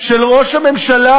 של ראש הממשלה,